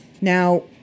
Now